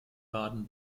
baden